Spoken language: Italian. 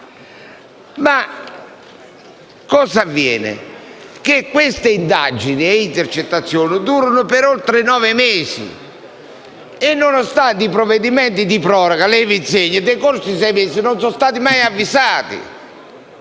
seguito, avviene che queste indagini e intercettazioni durano per oltre nove mesi, e nonostante i provvedimenti di proroga, come lei mi insegna, decorsi i sei mesi non sono stati mai avvisati.